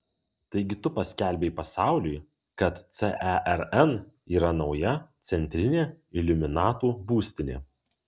taigi tu paskelbei pasauliui kad cern yra nauja centrinė iliuminatų būstinė